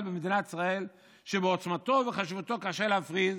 במדינת ישראל שבעוצמתו וחשיבותו קשה להפריז.